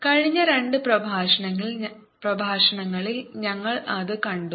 കഴിഞ്ഞ രണ്ട് പ്രഭാഷണങ്ങളിൽ ഞങ്ങൾ അത് കണ്ടു